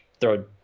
throw